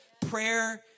Prayer